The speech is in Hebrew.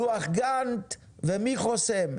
לוח גנט ומי חוסם,